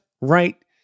right